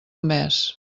mes